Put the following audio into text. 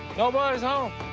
nobody's home.